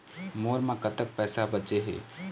मोर म कतक पैसा बचे हे?